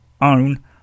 own